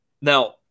now